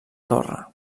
torre